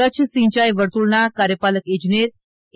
કચ્છ સિંચાઇ વર્તુળના કાર્યપાલક ઇજનેર એ